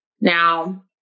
Now